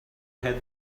had